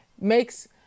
makes